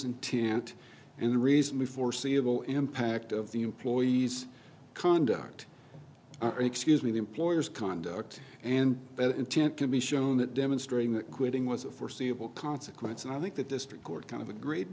intent and the reason the foreseeable impact of the employee's conduct or excuse me the employer's conduct and better intent can be shown that demonstrating that quitting was a foreseeable consequence and i think the district court kind of agreed